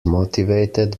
motivated